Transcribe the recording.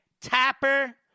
Tapper